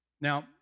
Now